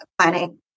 planning